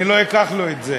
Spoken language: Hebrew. אני לא אקח לו את זה.